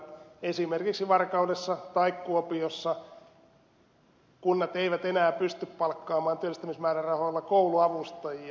esimerkiksi varkaudessa tai kuopiossa kunnat eivät enää pysty palkkaamaan työllistämismäärärahoilla kouluavustajia